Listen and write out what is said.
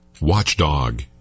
watchdog